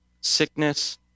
sickness